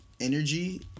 energy